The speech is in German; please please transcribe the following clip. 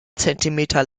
zentimeter